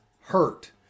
hurt